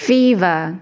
Fever